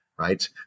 Right